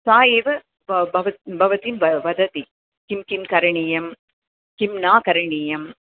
सा एव ब भवत् भवतीं वदति किं किं करणीयं किं न करणीयम्